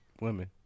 Women